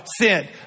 Sin